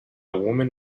woman